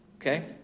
Okay